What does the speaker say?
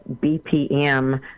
BPM